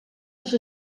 les